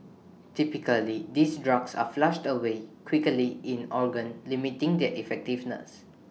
typically these drugs are flushed away quickly in organs limiting their effectiveness